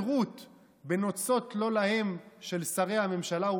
וההתהדרות של שרי הממשלה בנוצות לא להם,